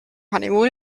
honeymoon